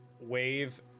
Wave